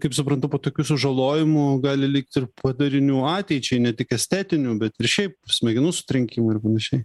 kaip suprantu po tokių sužalojimų gali likti ir padarinių ateičiai ne tik estetinių bet ir šiaip smegenų sutrenkimai ir panašiai